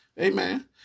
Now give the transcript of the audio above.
amen